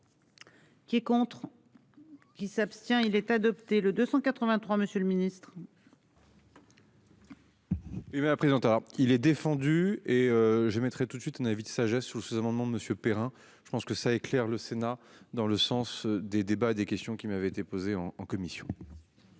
Qui est contre. Qui s'abstient il est adopté le 283 monsieur le ministre. Oui mais la. Il est défendu et je mettrai tout de suite un avis de sagesse sur le sous-amendement monsieur Perrin. Je pense que ça éclaire le Sénat dans le sens des débats, des questions qui m'avait été posée en commission.